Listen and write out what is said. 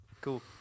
Cool